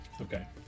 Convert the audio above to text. Okay